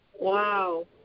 Wow